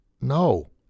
No